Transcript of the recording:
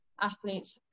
athletes